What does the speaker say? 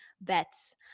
bets